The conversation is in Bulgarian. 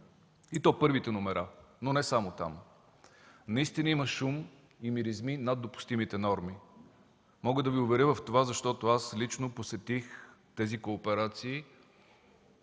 и то първите номера, но не само там. Наистина има шум и миризми над допустимите норми. Мога да Ви уверя в това, защото аз лично посетих тези кооперации